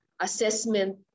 assessment